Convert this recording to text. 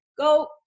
Go